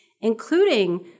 including